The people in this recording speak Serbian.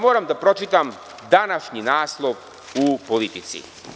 Moram da pročitam današnji naslov u „Politici“